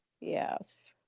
Yes